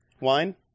wine